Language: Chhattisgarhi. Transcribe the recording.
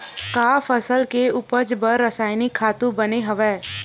का फसल के उपज बर रासायनिक खातु बने हवय?